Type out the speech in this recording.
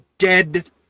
dead